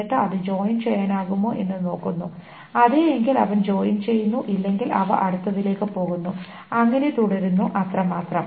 എന്നിട്ട് അത് ജോയിൻ ചെയ്യാനാകുമോ എന്ന് നോക്കുന്നു അതെ എങ്കിൽ അവ ജോയിൻ ചെയ്യുന്നു ഇല്ലെങ്കിൽ അവ അടുത്തതിലേക്ക് പോകുന്നു അങ്ങനെ തുടരുന്നു അത്രമാത്രം